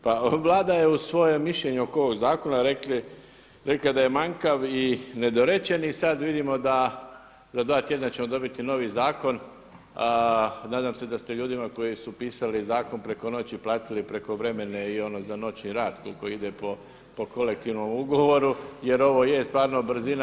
Pa Vlada je u svojem mišljenju oko ovog zakona rekla da je manjkav i da je nedorečen i sada vidimo da za dva tjedna ćemo dobiti novi zakon, nadam ste da ste ljudima koji su pisali zakon preko noći platili prekovremene i ono za noćni rad koliko ide po kolektivnom ugovoru jer ovo je stvarno brzina.